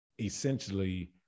essentially